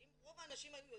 שאם רוב האנשים היו יודעים,